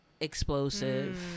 explosive